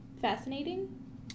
Fascinating